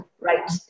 right